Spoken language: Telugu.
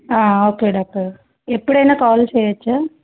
ఓకే డాక్టర్ గారు ఎప్పుడైనా కాల్ చెయ్యొచ్చా